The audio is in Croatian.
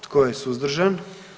Tko je suzdržan?